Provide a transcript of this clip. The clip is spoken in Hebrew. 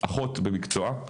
אחות במקצועה,